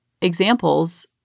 examples